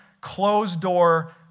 closed-door